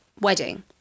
wedding